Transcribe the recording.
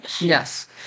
Yes